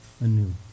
anew